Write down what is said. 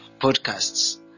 podcasts